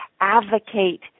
advocate